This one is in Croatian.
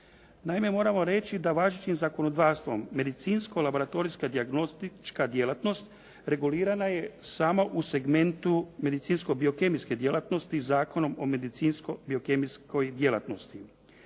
Naime, moramo reći da važećim zakonodavstvom medicinsko laboratorijska dijagnostička djelatnost regulirana je samo u segmentu medicinsko biokemijske djelatnosti Zakonom o medicinsko biokemijskoj djelatnosti.